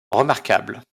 remarquables